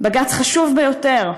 בג"ץ חשוב ביותר,